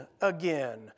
again